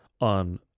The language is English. on